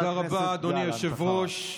תודה רבה, אדוני היושב-ראש.